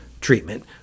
treatment